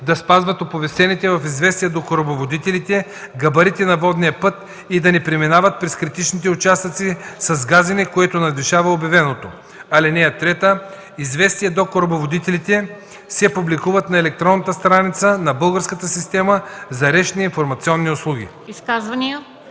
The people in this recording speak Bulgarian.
да спазват оповестените в „Известия до корабоводителите” габарити на водния път и да не преминават през критичните участъци с газене, което надвишава обявеното. (3) „Известия до корабоводителите” се публикуват на електронната страница на българската система за речни информационни услуги.”